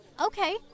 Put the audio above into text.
okay